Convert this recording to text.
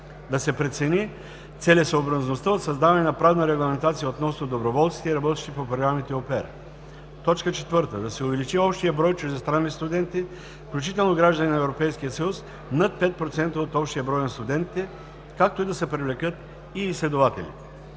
да се прецени целесъобразността от създаване на правна регламентация относно доброволците и работещите по програми „au pair“. 4. да се увеличи общият брой чуждестранни студенти, включително граждани на Европейския съюз над 5% от общия брой на студентите, както и да се привлекат и изследователи.